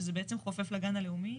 שזה בעצם חופף לגן הלאומי?